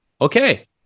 Okay